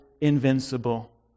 invincible